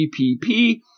GPP